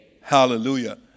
Hallelujah